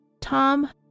Tom